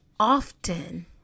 often